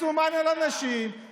מסומן על אנשים,